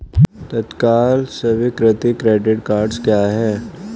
तत्काल स्वीकृति credit cards क्या हैं?